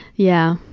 yeah,